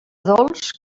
dolç